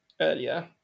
earlier